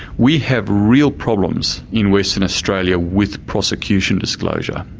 we have real problems in western australia with prosecution disclosure.